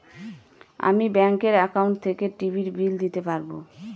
আমি ব্যাঙ্কের একাউন্ট থেকে টিভির বিল দিতে পারবো